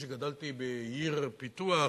שגדלתי בעיר פיתוח,